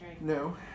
No